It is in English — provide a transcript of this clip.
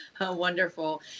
Wonderful